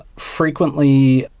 frequently,